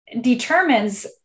determines